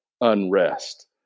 unrest